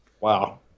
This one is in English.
Wow